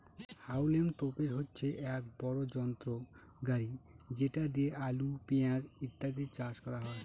হাউলম তোপের হচ্ছে এক বড় যন্ত্র গাড়ি যেটা দিয়ে আলু, পেঁয়াজ ইত্যাদি চাষ করা হয়